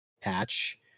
patch